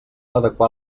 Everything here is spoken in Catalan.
adequar